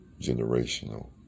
generational